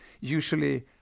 usually